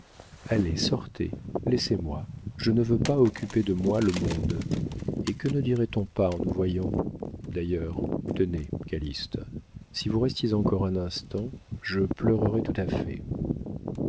allez sortez laissez-moi je ne veux pas occuper de moi le monde et que ne dirait-on pas en nous voyant d'ailleurs tenez calyste si vous restiez encore un instant je pleurerais tout à fait